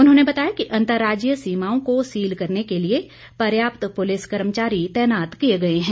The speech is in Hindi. उन्होंने बताया कि अंतरराज्जीय समीओं को सील करने के लिए पर्याप्त पुलिस कर्मचारी तैनात किए गए हैं